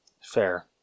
Fair